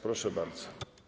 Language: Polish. Proszę bardzo.